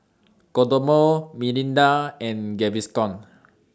Kodomo Mirinda and Gaviscon